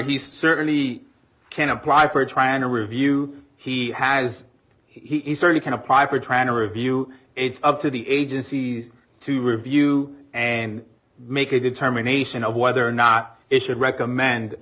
he certainly can apply for trying to review he has he certainly can apply for transfer of you it's up to the agencies to review and make a determination of whether or not it should recommend